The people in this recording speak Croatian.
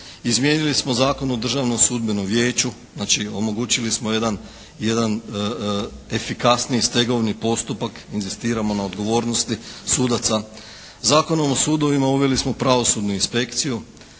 Izmijenili smo Zakon o Državnom sudbenom vijeću, znači omogućili smo jedan efikasniji stegovni postupak, inzistiramo na odgovornosti sudaca. Zakonom o sudovima uveli smo pravosudnu inspekciju.